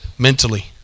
mentally